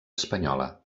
espanyola